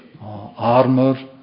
armor